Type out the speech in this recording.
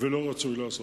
ולא ראוי.